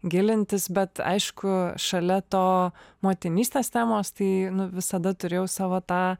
gilintis bet aišku šalia to motinystės temos tai nu visada turėjau savo tą